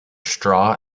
straw